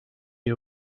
you